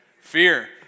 Fear